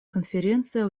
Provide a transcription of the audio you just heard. конференция